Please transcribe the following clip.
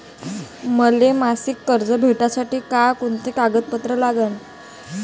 मले मासिक कर्ज भेटासाठी का कुंते कागदपत्र लागन?